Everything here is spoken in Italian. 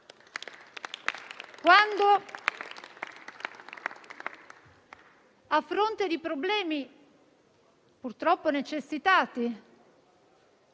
quando, a fronte di problemi purtroppo necessitati,